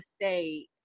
say